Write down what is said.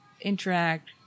interact